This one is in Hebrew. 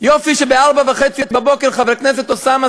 יופי שבארבע וחצי בבוקר חבר הכנסת אוסאמה